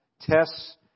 tests